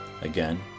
Again